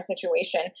situation